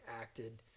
acted